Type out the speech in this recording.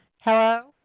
Hello